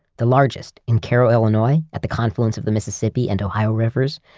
the largest, in cairo, illinois, at the confluence of the mississippi and ohio rivers,